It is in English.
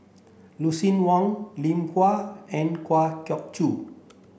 Lucien Wang Lim Kwa and Kwa Geok Choo